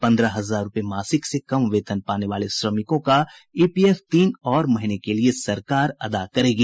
पंद्रह हजार रूपए मासिक से कम वेतन पाने वाले श्रमिकों का ई पी एफ तीन और महीने के लिए सरकार अदा करेगी